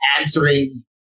answering